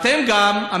אתם גם,